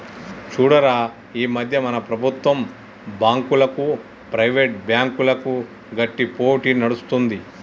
చూడురా ఈ మధ్య మన ప్రభుత్వం బాంకులకు, ప్రైవేట్ బ్యాంకులకు గట్టి పోటీ నడుస్తుంది